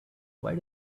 why